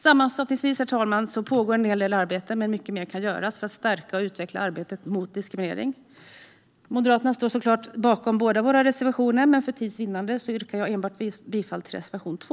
Sammanfattningsvis, herr talman, pågår en hel del arbete, men mycket mer kan göras för att stärka och utveckla arbetet mot diskriminering. Moderaterna står såklart bakom båda våra reservationer, men för tids vinnande yrkar jag enbart bifall till reservation 2.